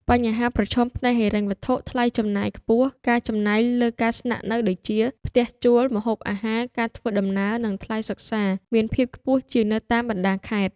បញ្ហាប្រឈមផ្នែកហិរញ្ញវត្ថុថ្លៃចំណាយខ្ពស់ ការចំណាយលើការស្នាក់នៅដូចជា ផ្ទះជួល ម្ហូបអាហារ ការធ្វើដំណើរ និងថ្លៃសិក្សា មានភាពខ្ពស់ជាងនៅតាមបណ្តាខេត្ត។